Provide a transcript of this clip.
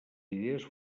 idees